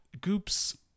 Goops